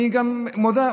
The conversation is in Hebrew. אני גם מודה,